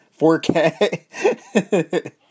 4K